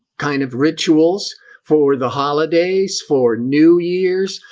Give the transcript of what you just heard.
kind of rituals for the holidays for new year's.